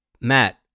Matt